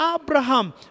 Abraham